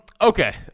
Okay